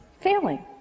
failing